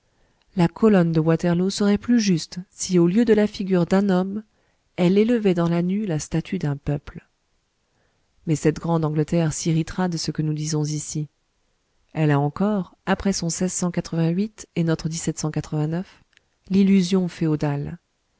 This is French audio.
la colonne de waterloo serait plus juste si au lieu de la figure d'un homme elle élevait dans la nue la statue d'un peuple mais cette grande angleterre s'irritera de ce que nous disons ici elle a encore après son et notre l'illusion